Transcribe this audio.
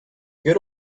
good